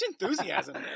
enthusiasm